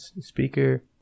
speaker